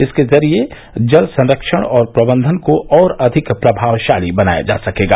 इसके जरिए जल संरक्षण और प्रबंधन को और अधिक प्रभावशाली बनाया जा सकेगा